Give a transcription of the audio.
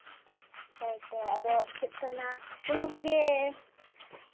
ᱦᱳᱭᱛᱳ ᱟᱫᱚ ᱪᱮᱫ ᱠᱚ ᱢᱮᱱᱟ ᱦᱳᱲᱳ ᱠᱚᱜᱮ